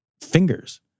Fingers